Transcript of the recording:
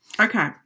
Okay